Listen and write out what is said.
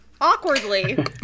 Awkwardly